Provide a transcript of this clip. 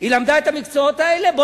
מה לומדים בסמינרים של "בית יעקב"?